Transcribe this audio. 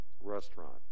restaurant